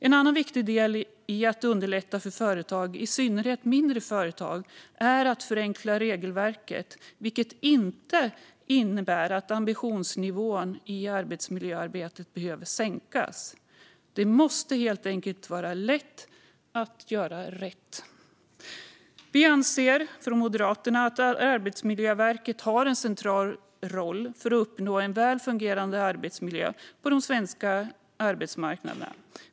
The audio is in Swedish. En annan viktig del i att underlätta för företag, i synnerhet mindre företag, är att förenkla regelverket, vilket inte innebär att ambitionsnivån i arbetsmiljöarbetet behöver sänkas. Det måste helt enkelt vara lätt att göra rätt. Vi från Moderaterna anser att Arbetsmiljöverket har en central roll för att en väl fungerande arbetsmiljö ska uppnås på den svenska arbetsmarknaden.